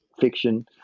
fiction